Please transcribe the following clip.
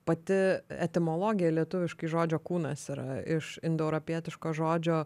pati etimologija lietuviškai žodžio kūnas yra iš indoeuropietiško žodžio